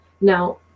now